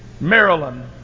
Maryland